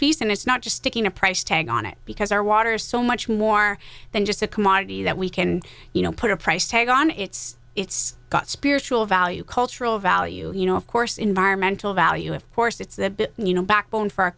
piece and it's not just sticking a price tag on it because our water is so much more than just a commodity that we can you know put a price tag on it's it's got spiritual value cultural value you know of course environmental value of course it's that you know backbone for our